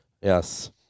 Yes